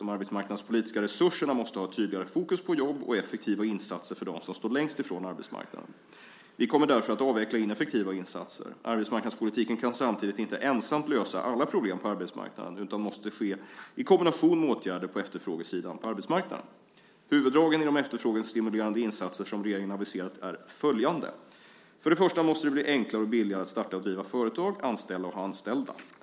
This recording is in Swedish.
De arbetsmarknadspolitiska resurserna måste ha tydligare fokus på jobb och effektiva insatser för dem som står längst från arbetsmarknaden. Vi kommer därför att avveckla ineffektiva insatser. Arbetsmarknadspolitiken kan samtidigt inte ensam lösa alla problem på arbetsmarknaden utan det måste ske i kombination med åtgärder på efterfrågesidan på arbetsmarknaden. Huvuddragen i de efterfrågestimulerande insatser som regeringen aviserat är följande. För det första måste det bli enklare och billigare att starta och driva företag, anställa och ha anställda.